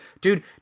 dude